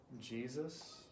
Jesus